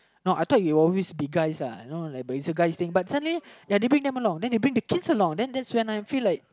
no I thought it will always be guys uh you know like but it's a guy's thing but suddenly ya they bring them along then they bring their kids along then that's when I feel like